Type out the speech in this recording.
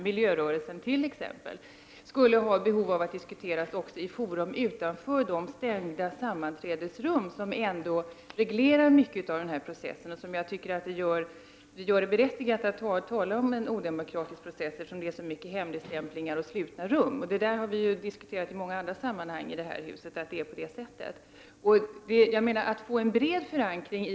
Miljörörelsen t.ex. skulle ha behov av att diskutera i fora utanför de stängda sammanträdesrum där ändå mycket av processen regleras. Jag tycker att det är berättigat att tala om en odemokratisk process, eftersom det förekommer så mycket hemligstämplingar och slutna rum i denna fråga. Vi har diskuterat i många andra sammanhang i det här huset att det förhåller sig på det här sättet.